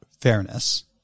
fairness